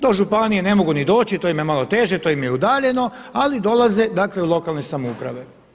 Do županije ne mogu ni doći, to im je malo teže, to im je udaljeno ali dolaze u lokalne samouprave.